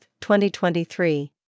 2023